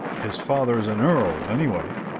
his father is an earl, anyway.